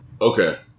Okay